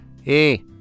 hey